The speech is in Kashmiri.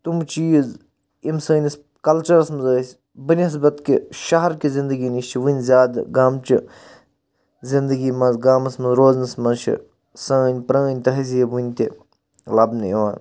تِم چیٖز یِم سٲنِس کَلچرس منٛز ٲسۍ بنیٚسبط کہِ شَہر کہِ زندگی نِش چھِ وۄنۍ زیادٕ گامچہٕ زِندگی منٛز گامس منٛز روزنَس منٛز چھِ سٲنۍ پٕرٛٲنۍ تٔہزیٖب وۄنۍ تہِ لَبنہٕ یِوان